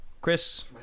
Chris